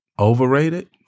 Overrated